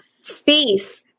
space